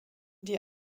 die